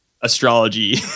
astrology